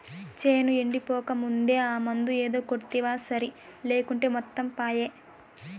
చేను ఎండిపోకముందే ఆ మందు ఏదో కొడ్తివా సరి లేకుంటే మొత్తం పాయే